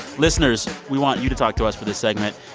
listeners, we want you to talk to us for this segment.